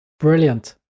Brilliant